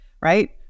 right